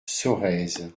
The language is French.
sorèze